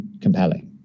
compelling